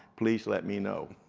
please let me know,